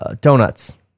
Donuts